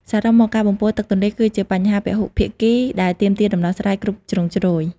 សរុបមក ការបំពុលទឹកទន្លេគឺជាបញ្ហាពហុភាគីដែលទាមទារដំណោះស្រាយគ្រប់ជ្រុងជ្រោយ។